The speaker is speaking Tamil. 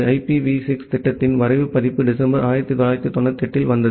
ஐபிவி 6 திட்டத்தின் வரைவு பதிப்பு டிசம்பர் 1998 இல் வந்தது